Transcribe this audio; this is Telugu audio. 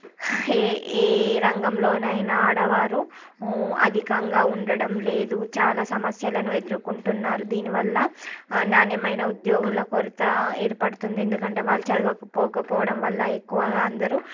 ఏ ఏ రంగంలోనైనా ఆడవారు అధికంగా ఉండడం లేదు చాలా సమస్యలను ఎదురుకుంటున్నారు దీనివల్ల నాణ్యమైన ఉద్యోగుల కొరత ఏర్పడుతుంది ఎందుకంటే వాళ్ళు చదవకపోవడం వల్ల ఎక్కువగా అందరూ